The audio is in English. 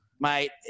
mate